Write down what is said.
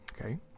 Okay